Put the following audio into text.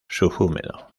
subhúmedo